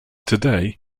today